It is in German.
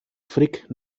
frick